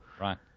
Right